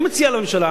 אני מציע לממשלה